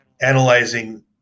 analyzing